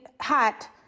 hot